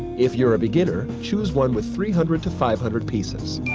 if you're a beginner, choose one with three hundred to five hundred pieces.